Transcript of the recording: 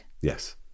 Yes